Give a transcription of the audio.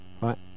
right